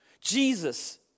Jesus